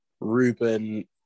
Ruben